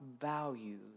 values